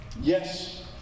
yes